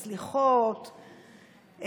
הסליחות,